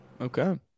Okay